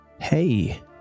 hey